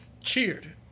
cheered